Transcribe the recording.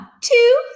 two